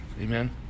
Amen